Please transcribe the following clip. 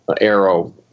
Arrow